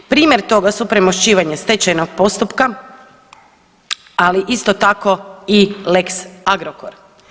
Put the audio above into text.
Primjer toga su premošćivanje stečajnog postupka, ali isto tako i lex Agrokor.